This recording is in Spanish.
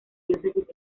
diócesis